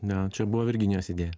ne čia buvo virginijos idėja